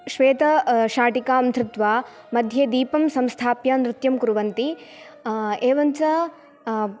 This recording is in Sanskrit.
श्वेतशाटिकां धृत्वा मध्ये दीपं संस्थाप्य नृत्यं कुर्वन्ति एवं च